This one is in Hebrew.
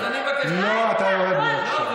אז אני מבקש, לא, אתה יורד, בבקשה.